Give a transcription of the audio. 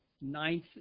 ninth